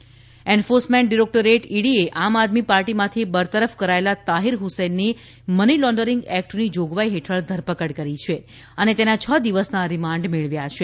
ED Tahir Hussain enforcement directorate ઇડીએ આમ આદમી પાર્ટીમાથી બરતરફ કરાયેલા તાહિર હ્સેનની મની લોન્ડરિંગ એક્ટની જોગવાઈ હેઠળ ધરપકડ કરી છે અને તેના છ દિવસના રિમાન્ડ મેળવ્યા છે